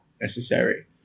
necessary